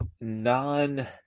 non